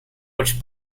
which